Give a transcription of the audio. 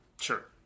Sure